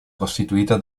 costituita